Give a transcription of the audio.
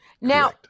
Now